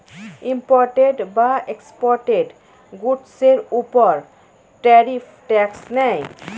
imported বা exported গুডসের উপর ট্যারিফ ট্যাক্স নেয়